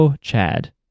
chad